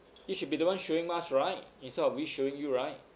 you should be the one showing us right instead of we showing you right